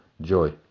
joy